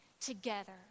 together